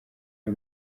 y’u